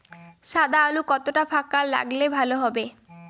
সাদা আলু কতটা ফাকা লাগলে ভালো হবে?